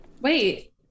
wait